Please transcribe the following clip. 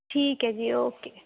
ਠੀਕ ਹੈ ਜੀ ਓਕੇ